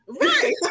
Right